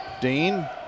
Dean